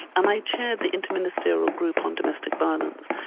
and i chaired the interministerial group on domestic violence.